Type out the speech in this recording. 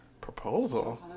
proposal